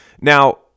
Now